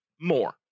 more